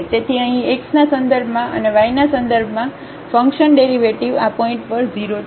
તેથી અહીં x ના સંદર્ભમાં અને y ના સંદર્ભમાં ફંક્શન ડેરિવેટિવ આ પોઇન્ટ પર 0 છે